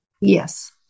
Yes